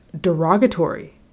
derogatory